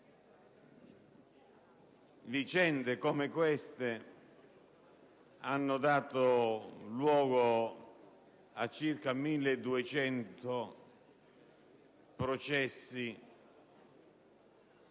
vicende come questa hanno dato luogo a circa 1.200 processi